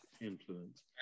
influence